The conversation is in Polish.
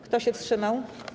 Kto się wstrzymał?